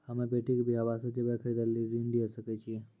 हम्मे बेटी के बियाह वास्ते जेबर खरीदे लेली ऋण लिये सकय छियै?